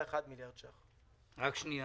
1.1 מיליארד שקל ב-2020.